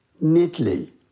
neatly